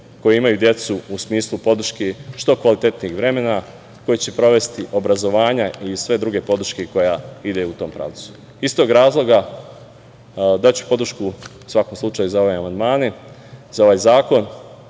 koji imaju decu, u smislu podrške što kvalitetnijeg vremena, koje će provesti, obrazovanja i sve druge podrške koja ide u tom pravcu. Iz tog razloga daću podršku, u svakom slučaju, za ove amandmane, za ovaj zakon